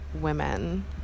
women